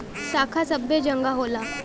शाखा सबै जगह होला